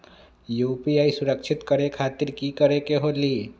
UPI सुरक्षित करे खातिर कि करे के होलि?